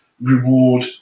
reward